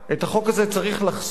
את החוק הזה צריך לחסום,